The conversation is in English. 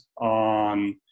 on